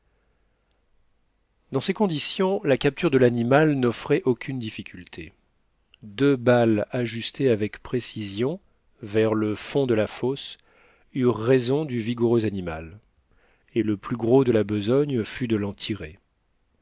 dans ces conditions la capture de l'animal n'offrait aucune difficulté deux balles ajustées avec précision vers le fond de la fosse eurent raison du vigoureux animal et le plus gros de la besogne fut de